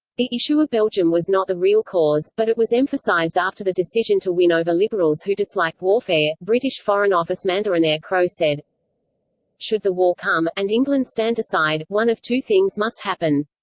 the issue of belgium was not the real cause, but it was emphasized after the decision to win over liberals who disliked warfare british foreign office mandarin eyre crowe said should the war come, and england stand aside, one of two things must happen.